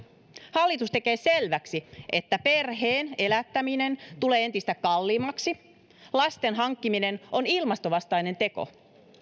hallitus tekee selväksi että perheen elättäminen tulee entistä kalliimmaksi lasten hankkiminen on ilmastovastainen teko